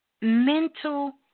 mental